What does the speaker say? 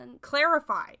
Clarify